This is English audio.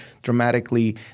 dramatically